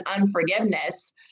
unforgiveness